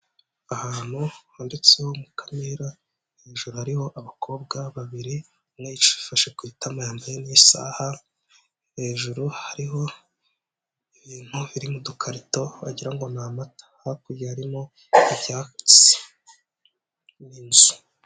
Ahantu handitseho Mukamira, hejuru hariho abakobwa babiri umwe yifashe ku itama yambaye n'isaha, hejuru hariho ibintu birimo udukarito wagira ngo ni amata hakurya hariho ibyatsi n'inzu.